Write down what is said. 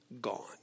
gone